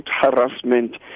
harassment